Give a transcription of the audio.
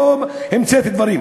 לא המצאתי דברים.